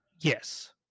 Yes